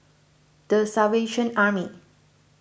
the Salvation Army